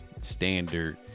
standard